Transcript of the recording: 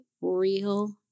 real